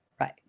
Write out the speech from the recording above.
right